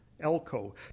elko